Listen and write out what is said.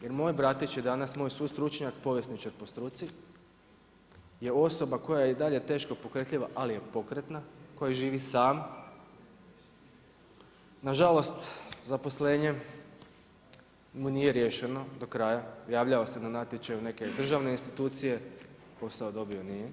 Jer moj bratić je danas moj sustručnjak, povjesničar po struci, je osoba koja i dalje teško pokretljiva ali je pokretna, koja živi sam, nažalost zaposlenje mu nije riješeno do kraja, javljao se na natječaje u neke državne institucije, posao dobio nije.